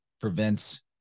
prevents